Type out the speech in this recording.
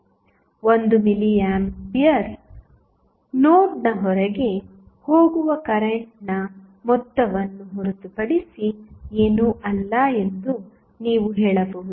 1 milliampere ನೋಡ್ನ ಹೊರಗೆ ಹೋಗುವ ಕರೆಂಟ್ನ ಮೊತ್ತವನ್ನು ಹೊರತುಪಡಿಸಿ ಏನೂ ಅಲ್ಲ ಎಂದು ನೀವು ಹೇಳಬಹುದು